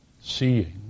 seeing